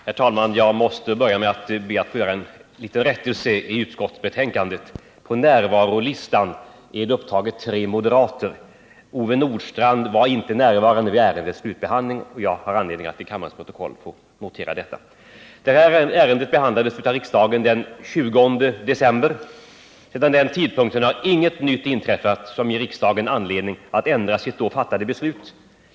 Herr talman! Jag ber att få börja med att göra en liten rättelse i utskottsbetänkandet. På närvarolistan är tre moderater upptagna. Ove Nordstrandh var inte närvarande vid ärendets slutbehandling, och jag har anledning att till kammarens protokoll få notera detta. Det här ärendet behandlades av riksdagen den 20 december. Sedan den tidpunkten har inget nytt inträffat som ger riksdagen anledning att ändra sitt då fattade beslut.